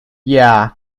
yeah